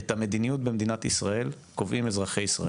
את המדיניות במדינת ישראל קובעים אזרחי ישראל.